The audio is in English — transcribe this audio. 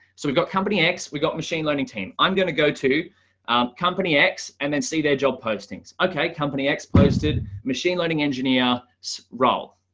so we've got company x, we got machine learning team, i'm going to go to um company x and then see their job postings. okay, company x posted machine learning engineer role.